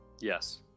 Yes